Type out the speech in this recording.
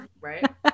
right